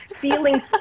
feeling